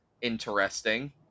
interesting